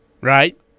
right